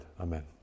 Amen